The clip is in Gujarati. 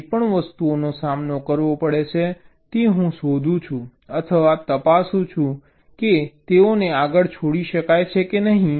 જે પણ વસ્તુઓનો સામનો કરવો પડે છે તે હું શોધું છું અથવા તપાસું છું કે તેઓને આગળ છોડી શકાય છે કે નહીં